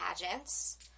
pageants